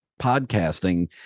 podcasting